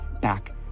back